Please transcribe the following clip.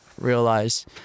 realize